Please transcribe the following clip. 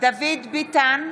דוד ביטן,